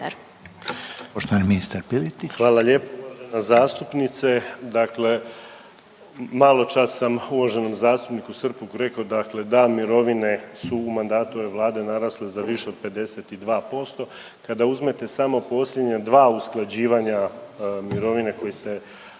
Marin (HDZ)** Hvala lijepo uvažena zastupnice. Dakle, maločas sam uvaženom zastupniku Srpaku rekao da mirovine su u mandatu ove Vlade narasle za više od 52%. Kada uzmete samo posljednja 2 usklađivanja mirovine koje se